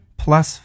plus